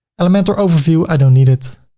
elementor overview. i don't need it.